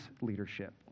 leadership